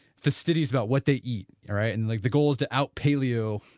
for studies about what they eat all right? and, like the goals to out paleo,